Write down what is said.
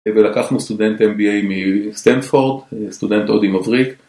ולקחנו סטודנט MBA מסטנדפורד, סטודנט הודי מבריק